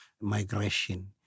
migration